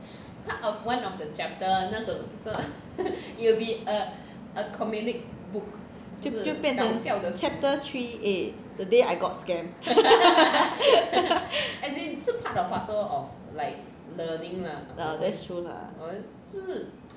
就变成 chapter three A the day I got scammed that's true lah